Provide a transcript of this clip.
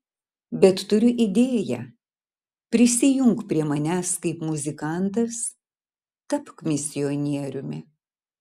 bet turiu idėją prisijunk prie manęs kaip muzikantas tapk misionieriumi